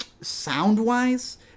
sound-wise